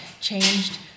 changed